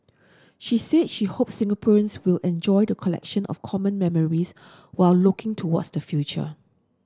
she said she hopes Singaporeans will enjoy the collection of common memories while looking towards the future